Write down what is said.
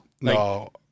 No